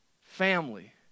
family